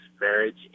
marriage